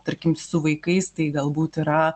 tarkim su vaikais tai galbūt yra